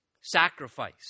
sacrifice